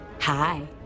Hi